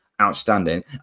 outstanding